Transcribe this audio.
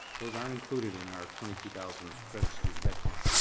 those aren't included in our twenty two thousand credit student head count.